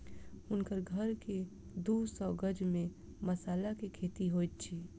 हुनकर घर के दू सौ गज में मसाला के खेती होइत अछि